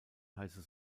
heiße